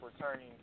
returning